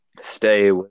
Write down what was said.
stay